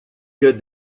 que